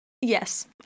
Yes